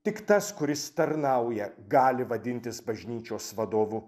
tik tas kuris tarnauja gali vadintis bažnyčios vadovu